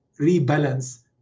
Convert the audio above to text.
rebalance